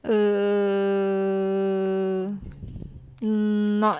err not